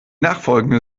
nachfolgende